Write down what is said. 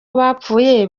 abapfuye